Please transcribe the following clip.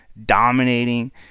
Dominating